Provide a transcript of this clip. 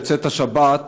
בצאת השבת,